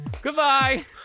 Goodbye